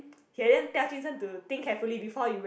okay then tell jun sheng to think carefully before you went